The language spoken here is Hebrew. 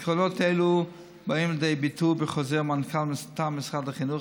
עקרונות אלה באים לידי ביטוי בחוזר מנכ"ל מטעם משרד החינוך,